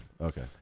Okay